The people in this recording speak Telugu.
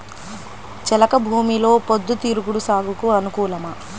చెలక భూమిలో పొద్దు తిరుగుడు సాగుకు అనుకూలమా?